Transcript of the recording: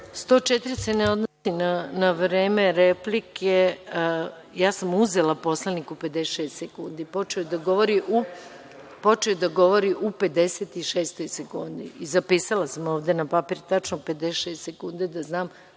ne odnosi na vreme replika. Ja sam uzela poslaniku 56 sekundi. Počeo je da govori u 56 sekundi. Zapisala sam ovde na papir tačno 56 sekundi, kako